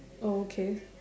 oh okay